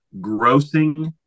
grossing